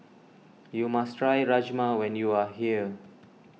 you must try Rajma when you are here